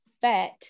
fat